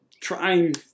trying